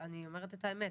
אני אומרת את האמת,